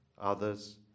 others